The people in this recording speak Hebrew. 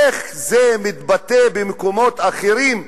איך זה מתבטא במקומות אחרים,